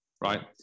Right